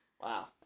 Wow